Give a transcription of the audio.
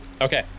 Okay